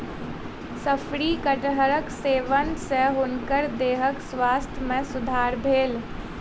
शफरी कटहरक सेवन सॅ हुनकर देहक स्वास्थ्य में सुधार भेल